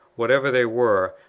whatever they were,